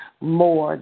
more